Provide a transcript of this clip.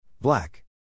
Black